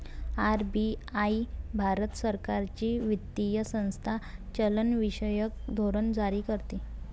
RBI Bharat सरकारची वित्तीय संस्था चलनविषयक धोरण जारी करते